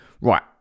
Right